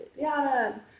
yada